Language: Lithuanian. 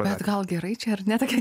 bet gal gerai čia ar ne tokia